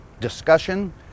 discussion